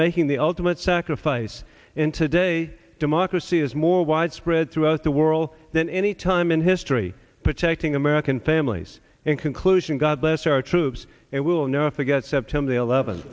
making the ultimate sacrifice in today democracy is more widespread throughout the world than any time in history protecting american families in conclusion god bless our troops and will never forget september the eleventh